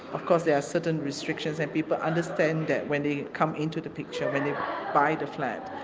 of course there are certain restrictions and people understand that when they come into the picture and they buy the flat.